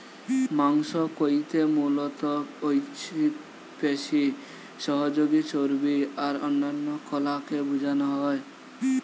মাংস কইতে মুলত ঐছিক পেশি, সহযোগী চর্বী আর অন্যান্য কলাকে বুঝানা হয়